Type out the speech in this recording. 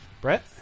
Brett